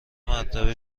مرتبه